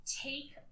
take